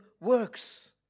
works